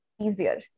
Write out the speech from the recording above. easier